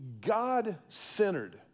God-centered